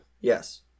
Yes